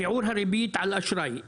שיעור הריבית על אשראי - ממוצע: